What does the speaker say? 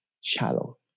shallow